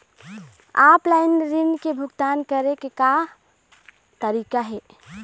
Offline ऋण के भुगतान करे के का तरीका हे?